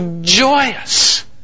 joyous